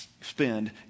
spend